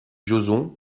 joson